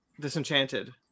disenchanted